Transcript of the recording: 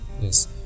yes